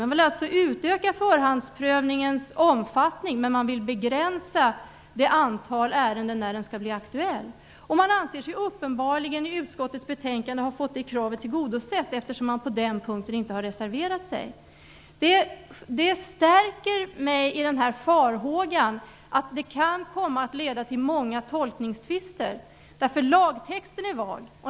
Man vill alltså utöka förhandsprövningens omfattning, men man vill begränsa det antal ärenden där den skall bli aktuell. Man anser sig uppenbarligen ha fått det kravet tillgodosett i utskottets betänkande, eftersom man inte har reserverat sig på den punkten. Det stärker mig i farhågan om att lagen kan komma att leda till många tolkningstvister. Lagtexten är vag.